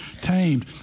tamed